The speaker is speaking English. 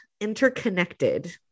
interconnected